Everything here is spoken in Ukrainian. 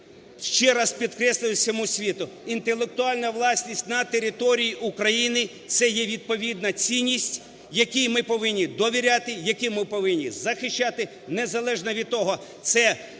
ще раз підкреслили всьому світу: інтелектуальна власність на території України – це є відповідна цінність, якій ми повинні довіряти, яку ми повинні захищати, незалежно від того,